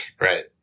Right